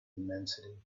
immensity